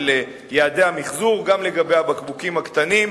יעדי המיחזור גם לגבי הבקבוקים הקטנים.